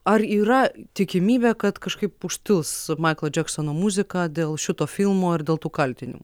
ar yra tikimybė kad kažkaip užtils maiklo džeksono muzika dėl šito filmo ar dėl tų kaltinimų